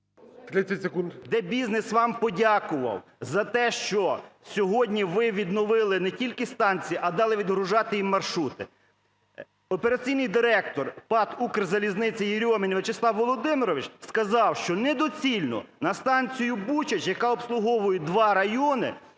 де бізнес вам подякував за те, що сьогодні ви відновили не тільки станції, а дали відгружати і маршрути. Операційний директор ПАТ "Укрзалізниці" Єрьомін Вячеслав Володимирович сказав, що недоцільно на станцію Бучач, яка обслуговує два райони,